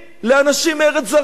לאנשים מארץ זרה.